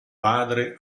padre